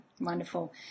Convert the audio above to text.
Wonderful